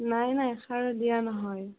নাই নাই সাৰ দিয়া নহয়